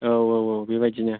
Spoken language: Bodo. औ औ औ बेबायदिनो